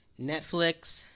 Netflix